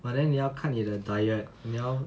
but then 你要看你的 diet 你要